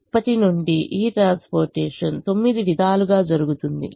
అప్పటినుండి ఈ ట్రాన్స్పోర్టేషన్ తొమ్మిది విధాలుగా జరుగుతుంది